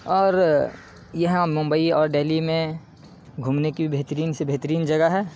اور یہاں ممبئی اور دہلی میں گھومنے کی بھی بہترین سے بہترین جگہ ہے